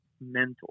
mental